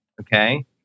Okay